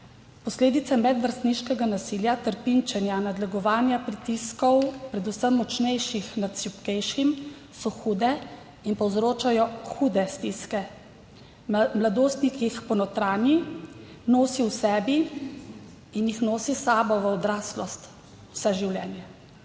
Posledice medvrstniškega nasilja, trpinčenja, nadlegovanja, pritiskov, predvsem močnejših nad šibkejšim, so hude in povzročajo hude stiske. Mladostnik jih ponotranji, nosi v sebi in jih nosi s sabo v odraslost, vse življenje.